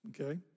okay